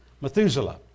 Methuselah